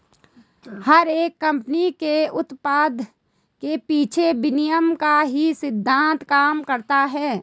हर एक कम्पनी के उत्पाद के पीछे विनिमय का ही सिद्धान्त काम करता है